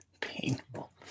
Painful